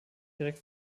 direkt